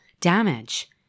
damage